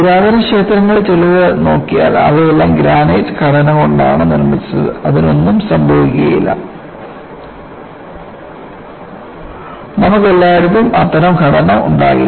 പുരാതന ക്ഷേത്രങ്ങളിൽ ചിലത് നോക്കിയാൽ അവയെല്ലാം ഗ്രാനൈറ്റ് ഘടനകൊണ്ടാണ് നിർമ്മിച്ചത് അതിന് ഒന്നും സംഭവിക്കുകയില്ല നമുക്ക് എല്ലായിടത്തും അത്തരം ഘടന ഉണ്ടാകില്ല